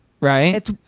right